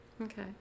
Okay